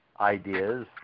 Ideas